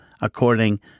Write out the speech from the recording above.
according